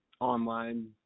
online